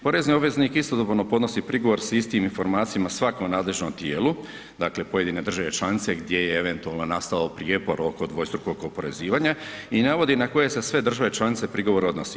Porezni obvezni istodobno podnosi prigovor s istim informacijama svakom nadležnom tijelu, dakle pojedine države članice gdje je eventualno nastao prijepor oko dvostrukog oporezivanja i navodi na koje se sve države članice prigovor odnosi.